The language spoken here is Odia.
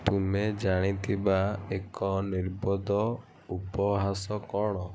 ତୁମେ ଜାଣିଥିବା ଏକ ନିର୍ବୋଧ ଉପହାସ କ'ଣ